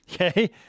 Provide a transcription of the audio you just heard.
Okay